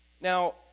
Now